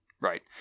right